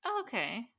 Okay